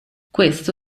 questo